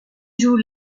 joue